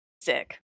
Sick